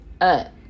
up